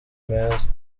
meza